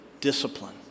discipline